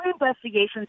investigations